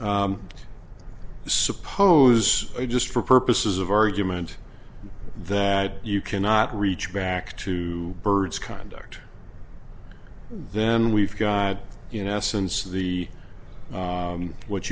well suppose it just for purposes of argument that you cannot reach back to bird's conduct then we've got you now since the what